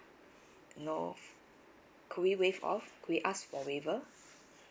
no could we waive off could we ask for waiver